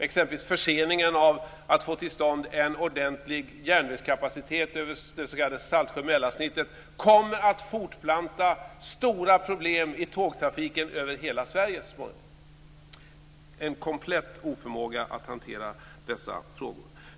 Förseningen när det gäller att få till stånd en ordentlig järnvägskapacitet över det s.k. Saltsjö Mälarsnittet kommer att fortplanta stora problem i tågtrafiken över hela Sverige så småningom. Det finns en komplett oförmåga att hantera dessa frågor.